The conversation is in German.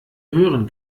hören